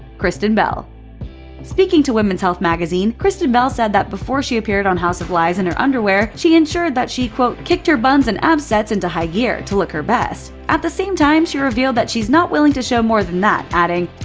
speaking to women's health magazine, kristen bell said that before she appeared on house of lies in her underwear, she ensured that she, quote, kicked her buns and abs sets into high gear to look her best. at the same time, she revealed that she's not willing to show more than that, adding,